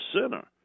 center